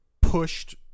pushed